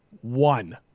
One